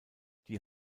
die